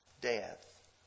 death